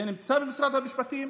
זה נמצא במשרד המשפטים,